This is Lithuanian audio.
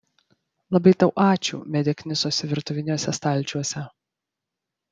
labai tau ačiū medė knisosi virtuviniuose stalčiuose